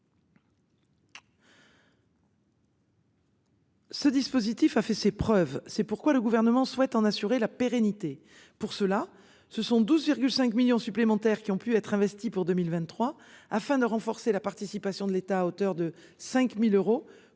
Ce dispositif a fait ses preuves. C'est pourquoi le gouvernement souhaite en assurer la pérennité. Pour cela, ce sont 12,5 millions supplémentaires qui ont pu être investis pour 2023 afin de renforcer la participation de l'État à hauteur de 5000 euros